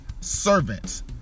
servants